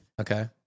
Okay